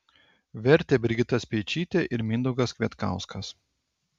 vertė brigita speičytė ir mindaugas kvietkauskas